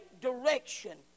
direction